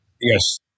Yes